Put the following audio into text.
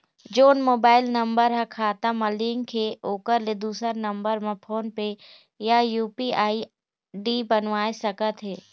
जोन mobile number हा खाता मा लिन्क हे ओकर ले दुसर नंबर मा फोन पे या यू.पी.आई आई.डी बनवाए सका थे?